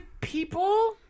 people